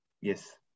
Yes